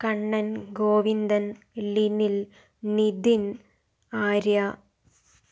Kannan Govindan Linil Nithin Arya